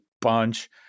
bunch